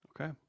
Okay